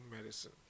medicine